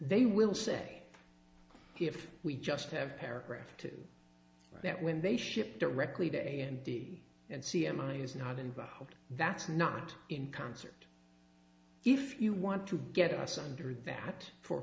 they will say if we just have paragraph two that when they ship directly to n d and c m i is not involved that's not in concert if you want to get us under that for